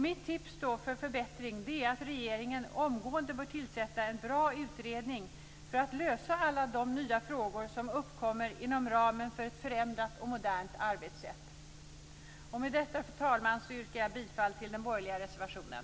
Mitt tips för förbättring är att regeringen omgående bör tillsätta en bra utredning för att lösa alla de nya frågor som uppkommer inom ramen för ett förändrat och modernt arbetssätt. Med detta, fru talman, yrkar jag bifall till den borgerliga reservationen.